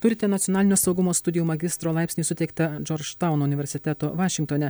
turite nacionalinio saugumo studijų magistro laipsnį suteiktą džordžtauno universiteto vašingtone